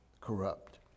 corrupt